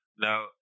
Now